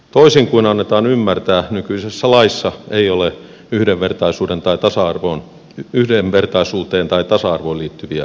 toisin kuin annetaan ymmärtää nykyisessä laissa ei ole yhdenvertaisuuteen tai tasa arvoon liittyviä ongelmia